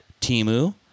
timu